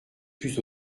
plus